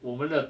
我们的